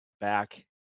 back